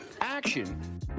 Action